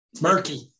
murky